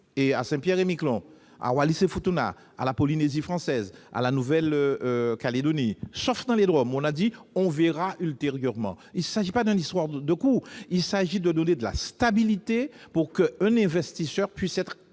à Saint-Pierre-et-Miquelon, à Wallis-et-Futuna, à la Polynésie française, à la Nouvelle-Calédonie, sauf dans les DROM, où l'on verrait ultérieurement. Il ne s'agit pas d'une histoire de coût, mais il convient de donner de la stabilité pour qu'un investisseur puisse être rassuré.